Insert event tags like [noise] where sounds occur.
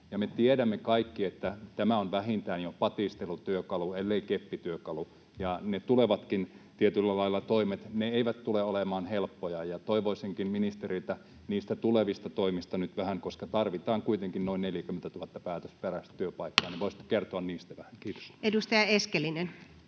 me tiedämme kaikki, että tämä on vähintään jo patistelutyökalu ellei keppityökalu, ja ne tulevatkaan, tietyllä lailla, toimet eivät tule olemaan helppoja. Toivoisinkin ministeriltä niistä tulevista toimista nyt vähän tietoa, koska tarvitaan kuitenkin noin 40 000 päätösperäistä työpaikkaa. [noise] Voisitko kertoa niistä vähän? — Kiitos. Edustaja Eskelinen.